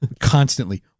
constantly